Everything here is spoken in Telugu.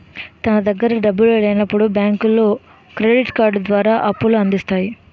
తన దగ్గర డబ్బులు లేనప్పుడు బ్యాంకులో క్రెడిట్ కార్డు ద్వారా అప్పుల అందిస్తాయి